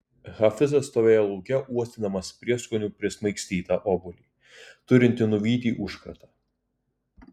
hafizas stovėjo lauke uostydamas prieskonių prismaigstytą obuolį turintį nuvyti užkratą